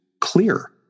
clear